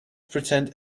pretend